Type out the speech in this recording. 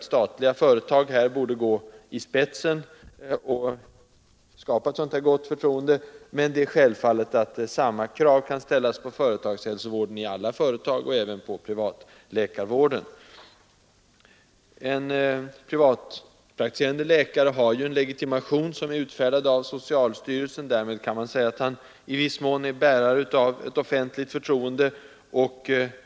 Statliga företag borde här gå i spetsen för att skapa ett gott förtroende, men självfallet kan samma krav ställas på hälsovården i alla företag och även på privatläkarvården. En privatpraktiserande läkare har legitimation som är utfärdad av socialstyrelsen. Därmed kan man säga att han i viss mån är bärare av ett offentligt förtroende.